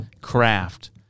craft